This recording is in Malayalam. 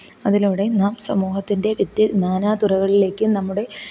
അതിലൂടെ നാം സമൂഹത്തിൻ്റെ വിറ്റു നാനാ തുറകളിലേക്കും നമ്മുടെ